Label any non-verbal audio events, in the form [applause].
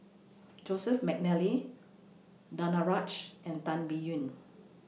[noise] Joseph Mcnally Danaraj and Tan Biyun